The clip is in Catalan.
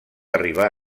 arribar